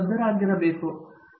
professor Rajesh Kumar ಅದು ಒಂದು